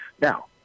Now